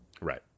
Right